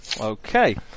Okay